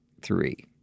Three